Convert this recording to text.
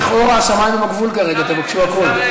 השמים הם הגבול כרגע, תבקשו הכול.